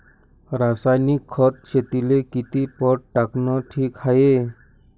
रासायनिक खत शेतीले किती पट टाकनं ठीक हाये?